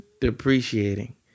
depreciating